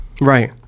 Right